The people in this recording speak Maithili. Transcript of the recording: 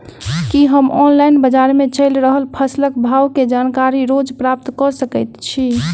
की हम ऑनलाइन, बजार मे चलि रहल फसलक भाव केँ जानकारी रोज प्राप्त कऽ सकैत छी?